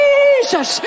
Jesus